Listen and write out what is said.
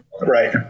Right